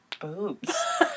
boobs